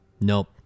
nope